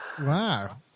Wow